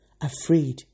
afraid